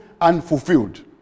unfulfilled